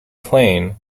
plane